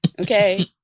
okay